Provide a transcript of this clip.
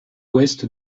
ouest